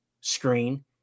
screen